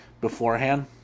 beforehand